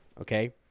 Okay